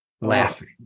laughing